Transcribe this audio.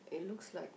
it looks like